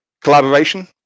Collaboration